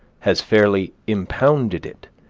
has fairly impounded it,